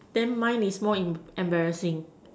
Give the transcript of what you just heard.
then mine is more embarrassing